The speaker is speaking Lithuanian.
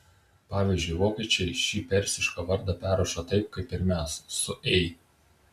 pavyzdžiui vokiečiai šį persišką vardą perrašo taip kaip ir mes su ei